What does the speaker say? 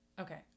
okay